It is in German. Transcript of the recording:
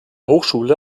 hochschule